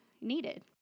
needed